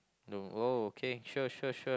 no !wow! okay sure sure sure